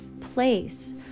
place